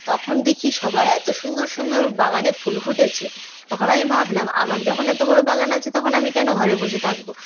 তখন দেখি সবার এতো সুন্দর সুন্দর বাগানে ফুল ফুটেছে তখন আমি ভাবলাম আমার যখন এতো বড়ো বাগান আছে তখন আমি কেন ঘরে বসে থাকবো